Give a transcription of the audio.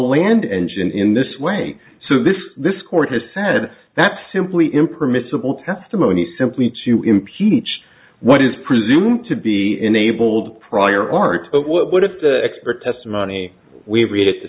land engine in this way so that this court has said that simply impermissible testimony simply to impeach what is presumed to be enabled prior art but what if the expert testimony we read is to